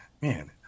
man